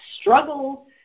struggle